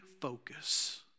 focus